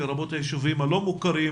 לרבות היישובים הלא מוכרים